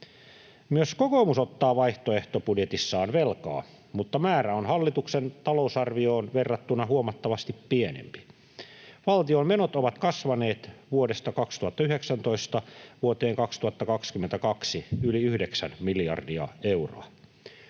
Myös kokoomus ottaa vaihtoehtobudjetissaan velkaa, mutta määrä on hallituksen talousarvioon verrattuna huomattavasti pienempi. Valtion menot ovat kasvaneet vuodesta 2019 vuoteen 2022 yli 9 miljardia euroa.